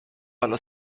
حالا